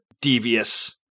devious